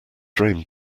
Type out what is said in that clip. drain